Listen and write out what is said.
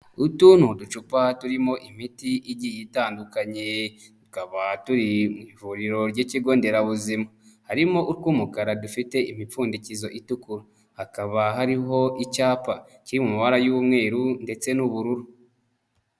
Utu ni uducupa turimo imiti igiye itandukanye, tukaba turi mu ivuriro ry'ikigonderabuzima. Harimo utw'umukara dufite imipfundikizo itukura. Hakaba hariho icyapa kiri mu mabara y'umweru ndetse n'ubururu.